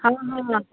हँ हँ